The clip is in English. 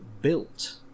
built